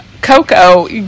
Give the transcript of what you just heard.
Coco